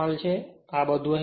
તેથી આ બધુ ખરેખર અહીં મૂકો